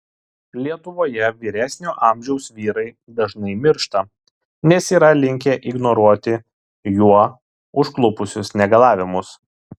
lietuvoje vyresnio amžiaus vyrai dažnai miršta nes yra linkę ignoruoti juo užklupusius negalavimus